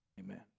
Amen